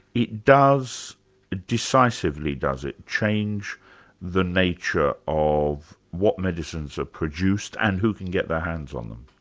it does decisively, does it, change the nature of what medicines are produced and who can get their hands on them?